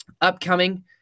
Upcoming